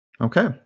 Okay